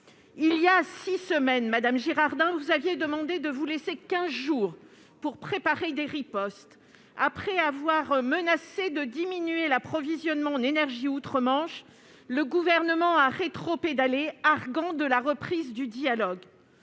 Il y a six semaines, madame Girardin, vous nous aviez demandé de vous laisser quinze jours pour préparer des ripostes. Après avoir menacé de diminuer l'approvisionnement en énergie outre-Manche, le Gouvernement a rétropédalé, arguant de la reprise du dialogue.